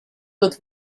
with